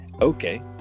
Okay